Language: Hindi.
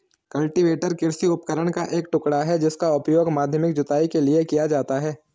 कल्टीवेटर कृषि उपकरण का एक टुकड़ा है जिसका उपयोग माध्यमिक जुताई के लिए किया जाता है